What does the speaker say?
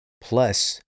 plus